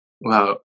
wow